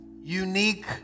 unique